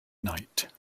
night